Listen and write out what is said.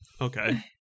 okay